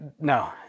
No